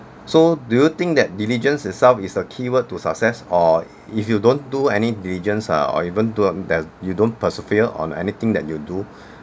so do you think that diligence itself is the keyword to success or if you don't do any religions uh or even to that you don't persevere on anything that you do